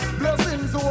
blessings